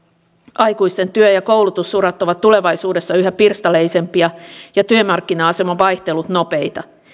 aikuisten työ ja koulutusurat ovat tulevaisuudessa yhä pirstaleisempia ja työmarkkina aseman vaihtelut nopeita